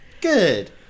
Good